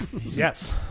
Yes